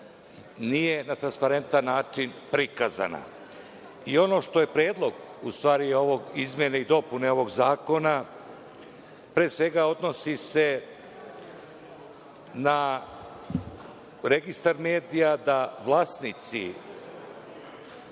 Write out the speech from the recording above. nije na transparentan način prikazana. Ono što je predlog u stvari izmene i dopune ovog Zakona, pre svega odnosi se na registar medija, da vlasnici